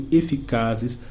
eficazes